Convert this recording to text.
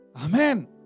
Amen